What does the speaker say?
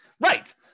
Right